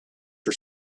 for